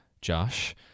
josh